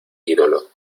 ídolo